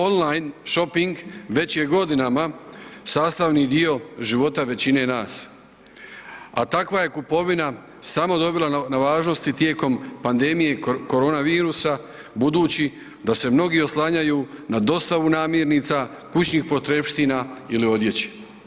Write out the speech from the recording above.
On line šoping već je godinama sastavni dio života većine nas, a takva je kupovina samo dobila na važnosti tijekom pandemije korona virusa budući da se mnogi oslanjaju na dostavu namirnica, kućnih potrepština ili odjeće.